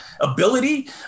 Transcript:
ability